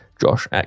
Josh